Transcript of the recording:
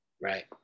Right